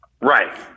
right